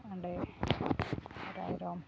ᱚᱸᱰᱮ ᱨᱟᱭᱨᱚᱝ